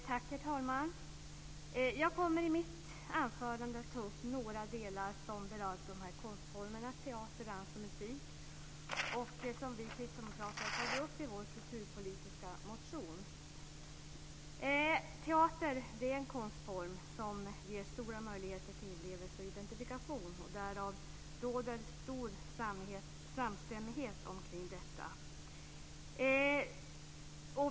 Herr talman! I mitt anförande kommer jag att ta upp några delar som berör konstformerna teater, dans och musik och det som vi kristdemokrater tar upp i vår kulturpolitiska motion. Teater är en konstform som ger stora möjligheter till inlevelse och identifikation. Det råder stor samstämmighet om detta.